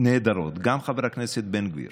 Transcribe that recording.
נהדרות, גם חבר הכנסת בן גביר